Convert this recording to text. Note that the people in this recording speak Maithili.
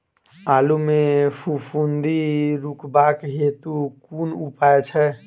आलु मे फफूंदी रुकबाक हेतु कुन उपाय छै?